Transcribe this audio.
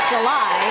July